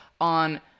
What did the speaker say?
on